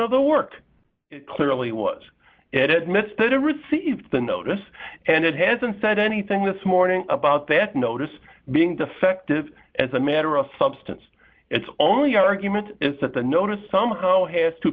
of the work it clearly was it admits that it received the notice and it hasn't said anything this morning about that notice being defective as a matter of substance its only argument is that the notice somehow has to